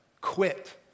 quit